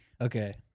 Okay